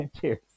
cheers